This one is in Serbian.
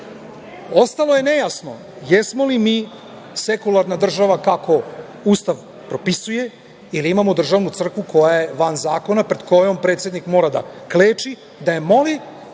radi. Ostalo je nejasno, jesmo li mi sekularna država kako Ustav propisuje ili imamo državnu crkvu koja je van zakona, pred kojom predsednik mora da kleči, da je moli